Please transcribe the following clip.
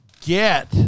get